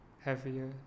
heavier